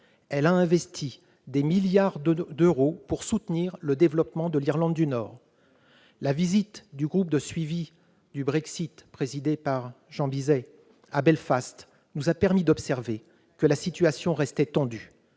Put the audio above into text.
Elle a investi des milliards d'euros pour soutenir le développement de l'Irlande du Nord. La visite du groupe de suivi sur le Brexit, présidée par Jean Bizet, à Belfast, nous a permis d'observer que la situation restait tendue.